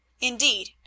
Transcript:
indeed